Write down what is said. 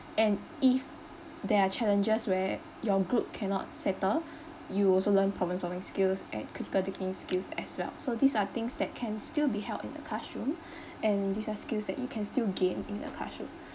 and if there are challenges where your group cannot settle you also learn problem solving skills and critical thinking skills as well so these are things that can still be held in a classroom and these are skills that you can still gain in a classroom